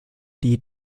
die